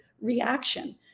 reaction